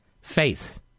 Faith